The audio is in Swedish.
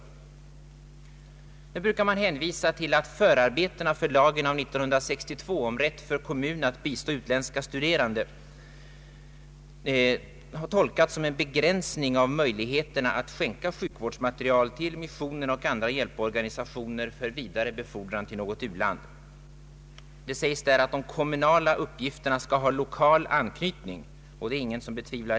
Sedan brukar man hänvisa till att förarbetena till 1962 års lag om rätt för kommun att bistå utländska studerande måste tolkas som en begränsning av möjligheterna att skänka sjukvårdsmateriel till missionsoch andra hjälporganisationer för vidare befordran till något u-land. Det sägs där att de kommunala uppgifterna skall ha lokal anknytning.